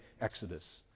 Exodus